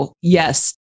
yes